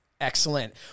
Excellent